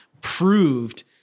proved